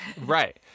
right